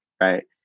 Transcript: right